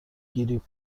گریپ